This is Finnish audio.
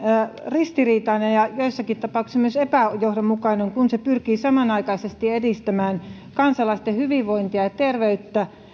ristiriitainen ja joissakin tapauksissa myös epäjohdonmukainen kun se pyrkii samanaikaisesti edistämään kansalaisten hyvinvointia ja ja terveyttä